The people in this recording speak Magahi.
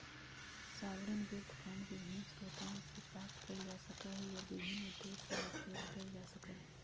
सॉवरेन वेल्थ फंड विभिन्न स्रोतवन से प्राप्त कइल जा सका हई और विभिन्न उद्देश्य ला उपयोग कइल जा सका हई